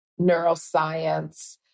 neuroscience